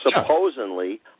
supposedly